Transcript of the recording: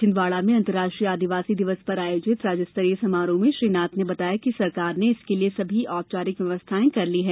छिंदवाड़ा में अंतर्राष्ट्रीय आदिवासी दिवस पर आयोजित राज्य स्तरीय समारोह में श्री नाथ ने बताया कि सरकार ने इसके लिए सभी औपचारिक व्यवस्थाएं कर ली है